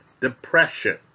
depression